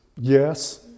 Yes